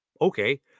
okay